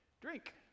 Drink